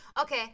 Okay